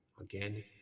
Again